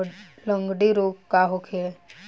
लगंड़ी रोग का होखे?